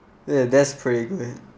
ya that's pretty good